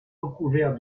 recouvert